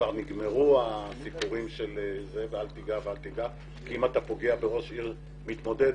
כבר נגמרו הסיפורים של אל תיגע כי אם אתה פוגע בראש עיר מתמודד,